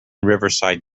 riverside